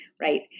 right